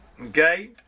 okay